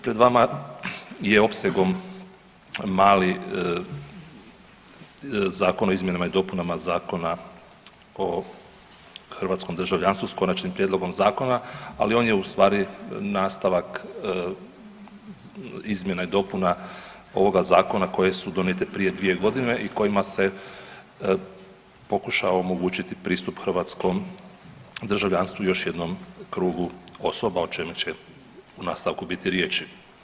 Pred vama je opsegom mali Zakon o izmjenama i dopunama Zakona o hrvatskom državljanstvom s konačnim prijedlogom zakona, ali on je u stvari nastavak izmjena i dopuna ovoga zakona koje su donijete prije 2.g. i kojima se pokušao omogućiti pristup hrvatskom državljanstvu još jednom krugu osoba o čemu će u nastavku biti riječi.